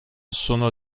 sono